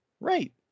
right